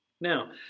Now